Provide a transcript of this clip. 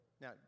Now